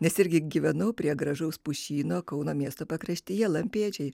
nes irgi gyvenau prie gražaus pušyno kauno miesto pakraštyje lampėdžiai